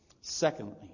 Secondly